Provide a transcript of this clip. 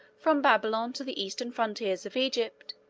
from babylon to the eastern frontiers of egypt,